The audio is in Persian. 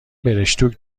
برشتوک